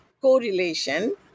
correlation